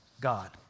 God